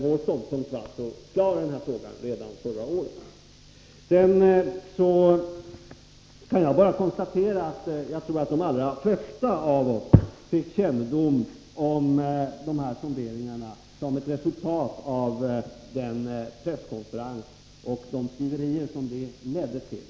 Vår ståndpunkt i den här frågan var alltså klar redan förra året. Jag tror att de allra flesta av oss fick kännedom om de här sonderingarna som ett resultat av den presskonferens som hölls och de skriverier som den ledde till.